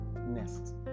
Next